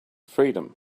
freedom